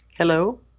Hello